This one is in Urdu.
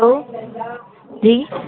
ہلو جی